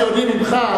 הם יותר ציונים ממך?